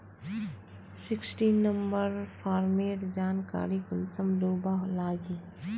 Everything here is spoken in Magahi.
सिक्सटीन नंबर फार्मेर जानकारी कुंसम लुबा लागे?